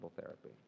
therapy